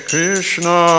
Krishna